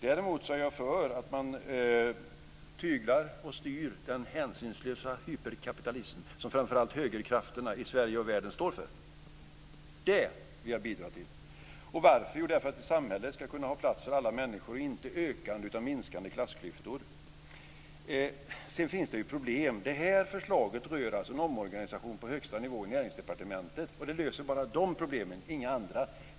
Däremot är jag för att man tyglar och styr den hänsynslösa hyperkapitalism som framför allt högerkrafterna i Sverige och världen står för. Det vill jag bidra till. Varför? Jo, därför att ett samhälle ska kunna ha plats för alla människor och inte ökande utan minskande klassklyftor. Sedan finns det ju problem. Det här förslaget rör en omorganisation på högsta nivå i Näringsdepartementet, och det löser bara de problemen och inga andra.